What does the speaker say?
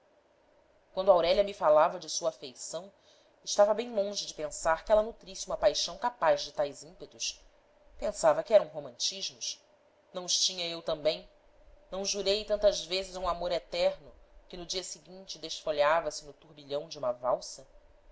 retribuído quando aurélia me falava de sua afeição estava bem longe de pensar que ela nutrisse uma paixão capaz de tais ímpetos pensava que eram romantismos não os tinha eu também não jurei tantas vezes um amor eterno que no dia seguinte desfolhava no turbilhão de uma valsa